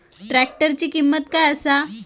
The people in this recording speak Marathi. ट्रॅक्टराची किंमत काय आसा?